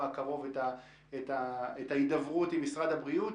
הקרוב את ההידברות עם משרד הבריאות.